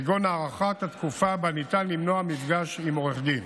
כגון הארכת התקופה שבה ניתן למנוע מפגש עם עורך דין.